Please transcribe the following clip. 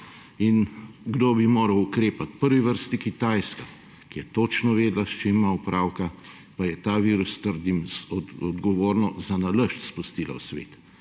In kdo bi moral ukrepati? V prvi vrsti Kitajska, ki je točno vedela, s čim ima opravka, pa je ta virus, trdim, odgovorno, zanalašč spustila v svet.